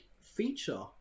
feature